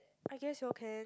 I guess you all can